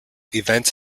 events